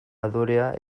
adorea